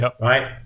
right